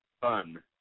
Fun